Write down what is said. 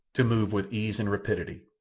to move with ease and rapidity.